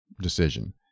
decision